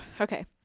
Okay